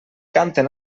canten